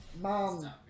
Mom